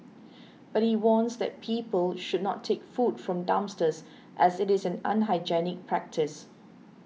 but he warns that people should not take food from dumpsters as it is an unhygienic practice